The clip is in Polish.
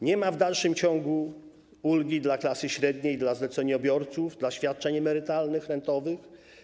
Nie ma w dalszym ciągu ulgi dla klasy średniej, dla zleceniobiorców, dla świadczeń emerytalnych, rentowych.